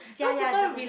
ya ya the the the